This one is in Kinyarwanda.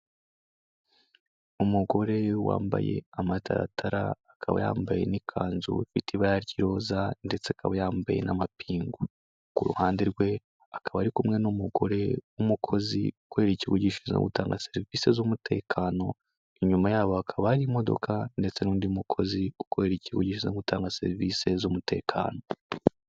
Umugore wambaye amataratara akaba yambaye n'ikanzu ifite ibara ry'iroza ndetse akaba yambaye n'amapingu, ku ruhande rwe akaba ari kumwe n'umugore w'umukozi ukorera ikigo gishinzwe gutanga serivisi z'umutekano, inyuma yabo hakaba hari imodoka ndetse n'undi mukozi ukorera ikigo gishinzwe gutanga serivise z'umutekano.